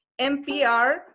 NPR